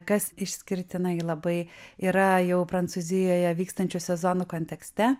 kas išskirtinai labai yra jau prancūzijoje vykstančių sezonų kontekste